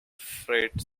freight